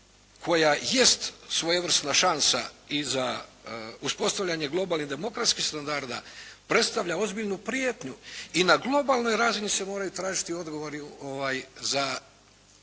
koja jest svojevrsna šansa i za uspostavljanje globalnih demokratskih standarda predstavlja ozbiljnu prijetnju i na globalnoj razini se moraju tražiti odgovori za